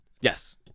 Yes